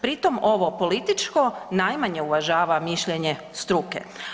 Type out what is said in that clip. Pritom ovo političko najmanje uvažava mišljenje struke.